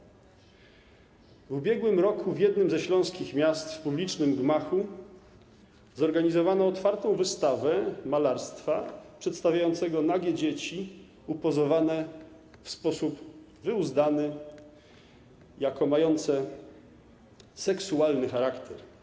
Po pierwsze, w ubiegłym roku w jednym ze śląskich miast w publicznym gmachu zorganizowano otwartą wystawę malarstwa przedstawiającego nagie dzieci upozowane w sposób wyuzdany, jako mające seksualny charakter.